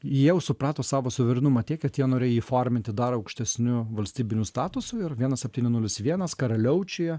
jie jau suprato savo suverenumą tiek kad jie norėjo jį įforminti dar aukštesniu valstybiniu statusu ir vienas septyni nulis vienas karaliaučiuje